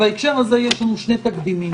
בהקשר הזה יש לנו שני תקדימים: